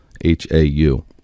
h-a-u